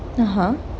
(uh huh)